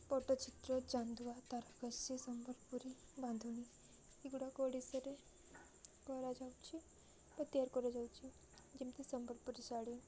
ପଟ୍ଟଚିତ୍ର ଚାନ୍ଦୁଆ ତାରକାଶୀ ସମ୍ବଲପୁରୀ ବାନ୍ଧୁଣୀ ଏଗୁଡ଼ାକ ଓଡ଼ିଶାରେ କରାଯାଉଛି ବା ତିଆରି କରାଯାଉଛିି ଯେମିତି ସମ୍ବଲପୁରୀ ଶାଢ଼ୀ